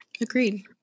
Agreed